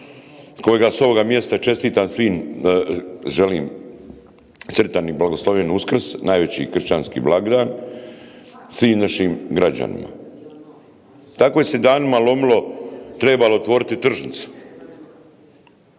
kojega s ovoga mjesta čestitam svim želim sretan i blagoslovljen Uskrs, najveći kršćanski blagdan svim našim građanima. Tako je se danima lomilo treba li otvoriti tržnice,